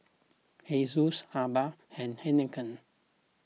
Asus Aibi and Heinekein